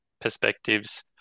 perspectives